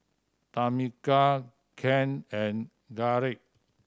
Tamica Kennth and Garret